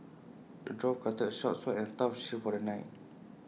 the dwarf crafted A sharp sword and A tough shield for the knight